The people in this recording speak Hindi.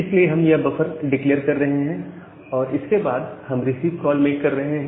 इसलिए हम यह बफर डिक्लेअर कर रहे हैं और इसके बाद हम रिसीव कॉल मेक कर रहे हैं